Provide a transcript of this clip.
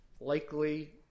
likely